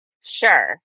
Sure